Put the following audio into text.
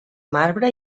marbre